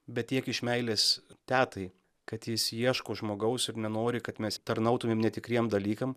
bet tiek iš meilės tetai kad jis ieško žmogaus ir nenori kad mes tarnautumėm netikriem dalykam